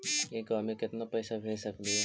एक बार मे केतना पैसा भेज सकली हे?